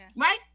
right